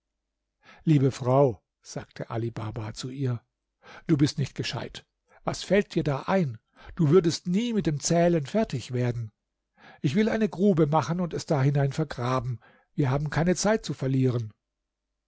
liebe frau sagte ali baba zu ihr du bist nicht gescheit was fällt dir da ein du würdest nie mit dem zählen fertig werden ich will eine grube machen und es dahinein vergraben wir haben keine zeit zu verlieren